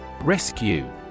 Rescue